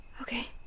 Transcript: Okay